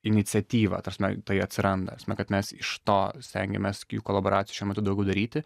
iniciatyva ta prasme tai atsiranda ta prasme kad mes iš to stengiamės kolaboracijų šiuo metu daugiau daryti